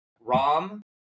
Rom